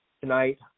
tonight